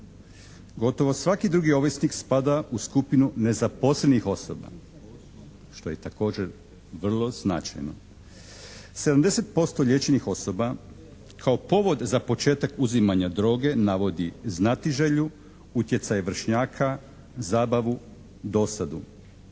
Gotovo svaki drugi ovisnik spada u skupinu nezaposlenih osoba što je također vrlo značajno. 70% liječenih osoba kao povod za početak uzimanja droge navodi znatiželju, utjecaj vršnjaka, zabavu, dosadu.